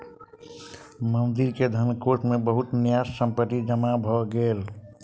मंदिर के धनकोष मे बहुत न्यास संपत्ति जमा भ गेल